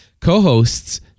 co-hosts